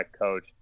coach